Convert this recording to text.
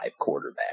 quarterback